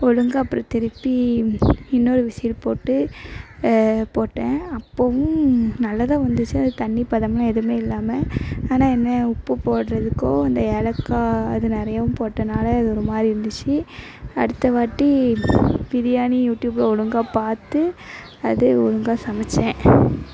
ஒழுங்கா அப்புறம் திருப்பி இன்னொரு விசில் போட்டு போட்டேன் அப்பவும் நல்லா தான் வந்துச்சு அது தண்ணி பதமா எதுவுமே இல்லாமல் ஆனால் என்ன உப்பு போடுறதுக்கோ அந்த ஏலக்காய் அது நிறையவும் போட்டதுனால அது ஒரு மாதிரி இருந்துச்சு அடுத்தவாட்டி பிரியாணி யூடியூப்பை ஒழுங்கா பார்த்து அது ஒழுங்கா சமைத்தேன்